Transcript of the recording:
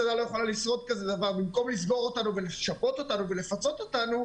במקום לסגור אותנו ולשפות אותנו,